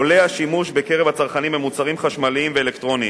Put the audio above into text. עולה בקרב הצרכנים השימוש במוצרים חשמליים ואלקטרוניים,